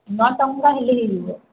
ନଅ ଟଙ୍କା ହେଲେ ହେଇଯିବ